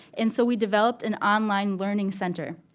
and so we developed an online learning center,